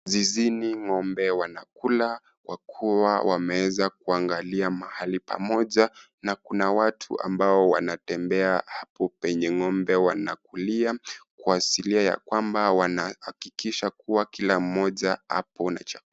Zizini ngombe wanakula, Kwa kuwa wameeza kuangalia mahali pamoja, na kuna watu ambao wanatembea hapo penye ngombe wanakulia, kuasilia ya kwamba wanahakikisha kuwa kila moja apo na chakula.